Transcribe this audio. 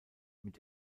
mit